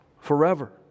forever